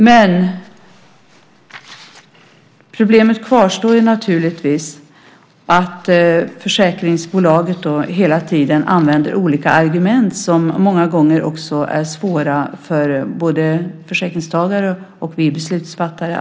Men problemet kvarstår att försäkringsbolaget hela tiden använder olika argument, som många gånger är svåra att förstå för både försäkringstagare och oss beslutsfattare.